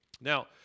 Now